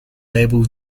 able